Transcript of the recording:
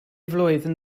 flwyddyn